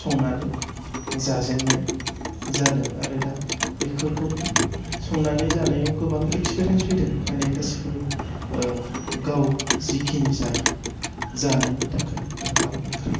संनानै जाजेननाय जादों आरो दा बेफोरखौ संनानै जानायाव गोबां इक्सपिरिएन्स फैदों माने गासिखौबो गाव जेकिनि जायो जानायनि थाखाय ओंखाम ओंख्रि